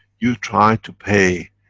you try to pay